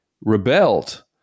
rebelled